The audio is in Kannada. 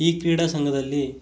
ಈ ಕ್ರೀಡಾ ಸಂಘದಲ್ಲಿ